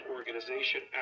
Organization